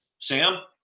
sam?